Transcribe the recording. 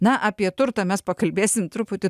na apie turtą mes pakalbėsim truputį